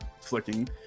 flicking